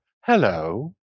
Hello